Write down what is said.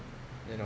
you know